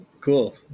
cool